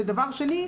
ושנית,